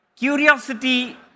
Curiosity